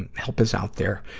and help is out there.